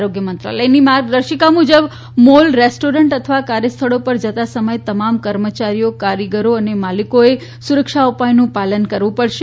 આરોગ્ય મંત્રાલયની માર્ગદર્શિકા મુજબ મોલ રેસ્ટોરન્ટ અથવા કાર્યસ્થળોમાં જતા સમયે તમામ કર્મયારીઓ કારીગરો અને માલિકોએ સુરક્ષા ઉપાયોનું પાલન કરવું પડશે